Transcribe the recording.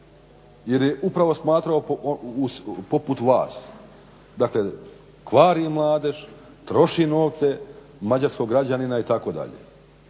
jer je upravo smatrao poput vas. Dakle kvari mladež, troši novce mađarskog građanina itd. on je